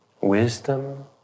wisdom